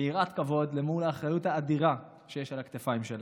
ביראת כבוד מול האחריות האדירה שיש על הכתפיים שלנו.